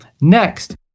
Next